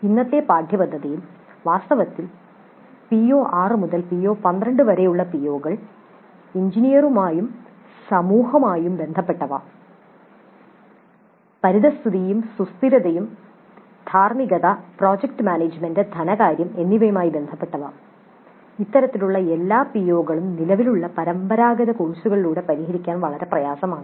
ഇന്നത്തെ പാഠ്യപദ്ധതിയിൽ വാസ്തവത്തിൽ പിഒ 6 മുതൽ പിഒ 12 വരെയുള്ള പിഒകൾ എഞ്ചിനീയറുമായും സമൂഹവുമായും ബന്ധപ്പെട്ടവ പരിസ്ഥിതിയും സുസ്ഥിരതയും ധാർമ്മികത പ്രോജക്ട് മാനേജുമെന്റ് ധനകാര്യം എന്നിവയുമായി ബന്ധപ്പെട്ടവ ഇത്തരത്തിലുള്ള എല്ലാ പിഒകളും നിലവിലുള്ള പരമ്പരാഗത കോഴ്സുകളിലൂടെ പരിഹരിക്കാൻ വളരെ പ്രയാസമാണ്